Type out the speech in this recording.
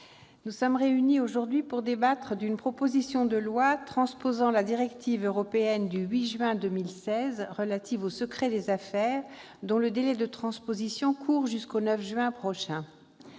nous sommes réunis aujourd'hui pour débattre d'une proposition de loi visant à transposer la directive européenne du 8 juin 2016 relative au secret des affaires, dont le délai de transposition court jusqu'au 9 juin prochain.